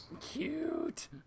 Cute